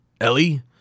Ellie